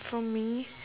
for me